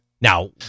now